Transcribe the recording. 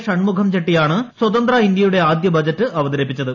ഷൺമുഖം ചെട്ടിയാണ് സ്വതന്ത്ര ഇന്ത്യയുടെ ആദ്യ ബജറ്റ് അവതരിപ്പിച്ചത്